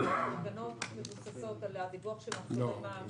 התקנות מתבססות על הדיווח למע"מ,